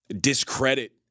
discredit